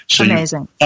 Amazing